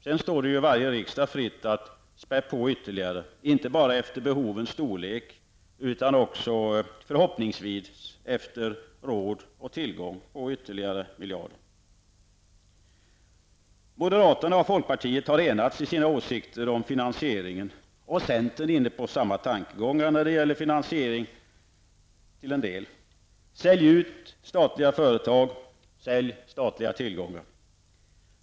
Sedan står det ju varje riksdag fritt att späda på ytterligare, inte bara efter behovens storlek utan också, förhoppningsvis, efter råd och tillgång på ytterligare miljarder. Moderaterna och folkpartiet har enats i sina åsikter om finansieringen, och centern är till en del inne på samma tankegångar när det gäller finansiering: Sälj ut statliga företag, sälj statliga tillgångar!